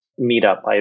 meetup